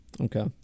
Okay